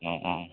অঁ অঁ